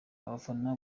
abafana